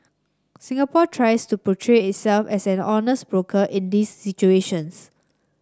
Singapore tries to portray itself as an honest broker in these situations